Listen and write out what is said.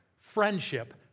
friendship